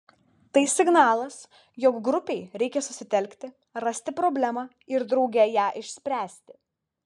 tai signalas jog grupei reikia susitelkti rasti problemą ir drauge ją išspręsti